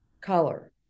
color